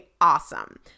awesome